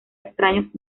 extraños